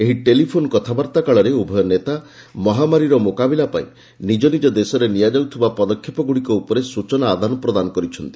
ଏହି ଟେଲିଫୋନ୍ କଥାବାର୍ତ୍ତା କାଳରେ ଉଭୟ ନେତା ମହାମାରୀର ମୁକାବିଲା ପାଇଁ ନିଜ ନିଜ ଦେଶରେ ନିଆଯାଉଥିବା ପଦକ୍ଷେପଗୁଡ଼ିକ ଉପରେ ସୂଚନା ଆଦାନ ପ୍ରଦାନ କରିଛନ୍ତି